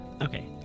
Okay